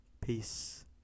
Peace